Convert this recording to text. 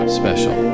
special